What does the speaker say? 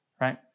Right